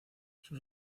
sus